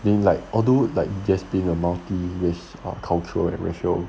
then like although like there's been a multi race cultural ratio